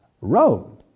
Rome